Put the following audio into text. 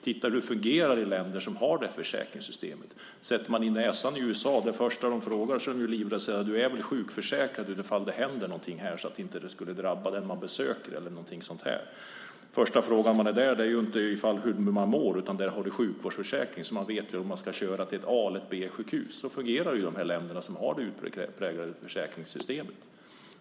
Se hur det fungerar i länder som har detta försäkringssystem. Sätter man in näsan i USA är den första frågan man får om man är sjukförsäkrad ifall det händer något, så att det inte drabbar den man besöker. Första frågan när man är där är inte hur man mår utan om man har en sjukvårdsförsäkring, så att man vet om man ska köra till ett A eller B-sjukhus. Så fungerar det i de länder som har det utpräglade försäkringssystemet.